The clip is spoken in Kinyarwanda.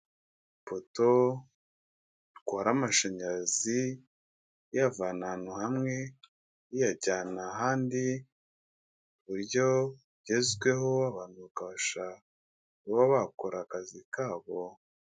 Ipoto itwara amashanyarazi iyavana ahantu hamwe, iyajyana ahandi ku buryo bugezweho, abantu bakabasha kuba bakora akazi kabo.